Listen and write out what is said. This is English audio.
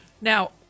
Now